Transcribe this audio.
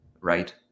right